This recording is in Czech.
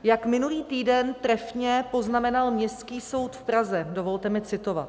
Jak minulý týden trefně poznamenal Městský soud v Praze dovolte mi citovat: